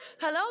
Hello